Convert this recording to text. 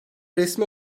resmi